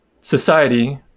society